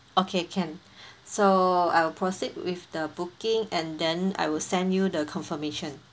okay can so I'll proceed with the booking and then I'll send you the confirmation